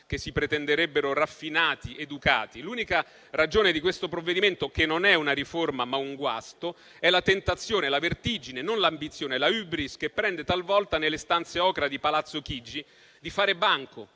che si pretenderebbero raffinati e educati. L'unica ragione di questo provvedimento, che non è una riforma, ma un guasto, è la tentazione, la vertigine, non l'ambizione; è la *hybris* che prende talvolta nelle stanze ocra di Palazzo Chigi di fare banco,